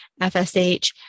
FSH